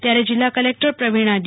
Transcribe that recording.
ત્યારે જીલ્લા collector Pravina D